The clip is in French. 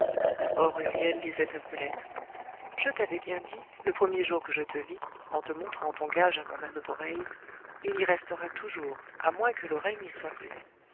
huriel disait à brulette je t'avais bien dit le premier jour que je te vis en te montrant ton gage à mon anneau d'oreille il y restera toujours à moins que l'oreille n'y soit plus